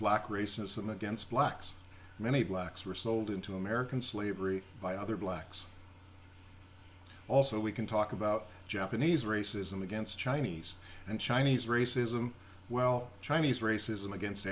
black racism against blacks many blacks were sold into american slavery by other blacks also we can talk about japanese racism against chinese and chinese racism well chinese racism against